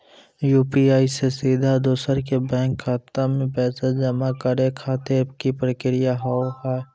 UPI से सीधा दोसर के बैंक खाता मे पैसा जमा करे खातिर की प्रक्रिया हाव हाय?